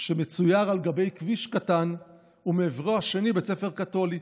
שמצויר על גבי כביש קטן ומעברו השני בית ספר קתולי.